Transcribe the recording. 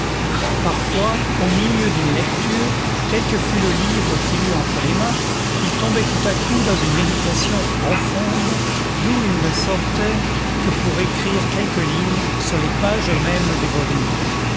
parfois au milieu d'une lecture quel que fût le livre qu'il eût entre les mains il tombait tout à coup dans une méditation profonde d'où il ne sortait que pour écrire quelques lignes sur les pages mêmes du volume